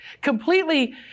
completely